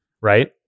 Right